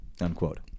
Unquote